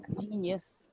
genius